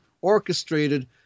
orchestrated